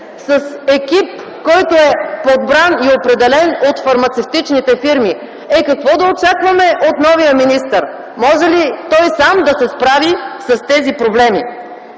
с екип, който е подбран и определен от фармацевтичните фирми – е, какво да очакваме от новия министър? Може ли той сам да се справи с тези проблеми?